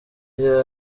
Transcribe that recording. ibye